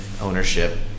ownership